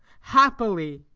happily.